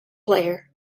player